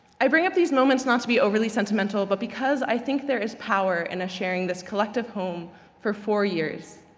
i bring up these moments not to be overly sentimental, but because i think there is power in us sharing this collective home for four years.